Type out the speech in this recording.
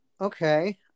Okay